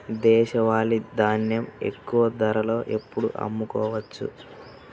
దేశవాలి ధాన్యం ఎక్కువ ధరలో ఎప్పుడు అమ్ముకోవచ్చు?